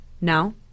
Now